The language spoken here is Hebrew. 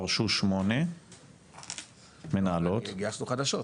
פרשו שמונה מנהלות --- גייסנו חדשות.